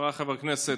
חבריי חברי הכנסת,